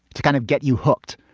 to kind of get you hooked.